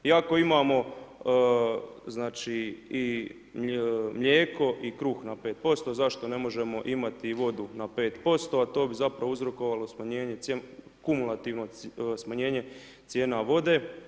Iako imamo, znači, i mlijeko, i kruh na 5%, zašto ne možemo imati i vodu na 5%, a to bi zapravo uzrokovalo smanjenje, kumulativno smanjenje cijena vode.